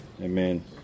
Amen